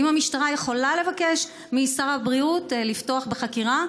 האם המשטרה יכולה לבקש משר הבריאות לפתוח בחקירה,